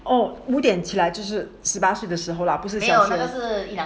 oh 五点起来就是十八岁的时候不是昨天